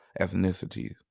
ethnicities